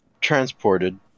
transported